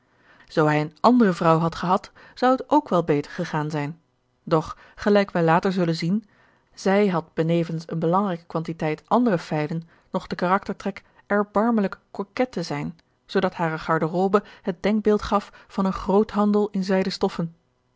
zoo hij eene andere vrouw had gehad zou het ook wel beter gegaan zijn doch gelijk wij later zullen zien zij had benevens eene belangrijke quantiteit andere feilen nog den karaktertrek erbarmelijk coquet te zijn zoodat hare garderobe het denkbeeld gaf van een groothandel in zijden stoffen